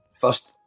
first